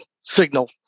signal